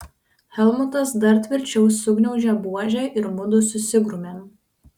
helmutas dar tvirčiau sugniaužė buožę ir mudu susigrūmėm